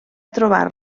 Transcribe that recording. trobar